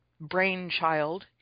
brainchild